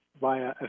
via